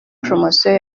poromosiyo